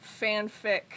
fanfic